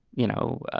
you know,